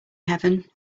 heaven